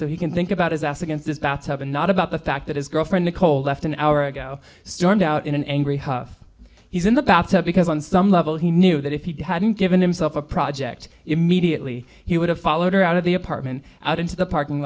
so he can think about his ass against this bath tub and not about the fact that his girlfriend nicole left an hour ago stormed out in an angry huff he's in the bathtub because on some level he knew that if he hadn't given himself a project immediately he would have followed her out of the apartment out into the parking